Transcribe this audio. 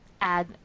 add